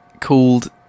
Called